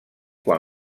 quan